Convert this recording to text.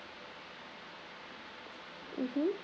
mmhmm